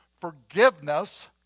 Forgiveness